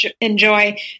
enjoy